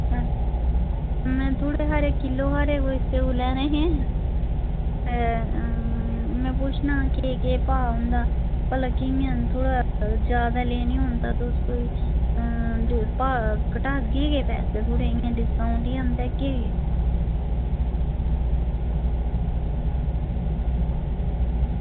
में थोह्ड़े हारे कोई किलो हारे स्यौ लैने हे में पुच्छना हा केह् केह् भाऽ उंदा ते भला कियांन थोह्ड़े जादा लैने होग ते घटागे पैसे एह् थोह्ड़ा डिस्काऊंट होंदा कि